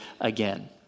again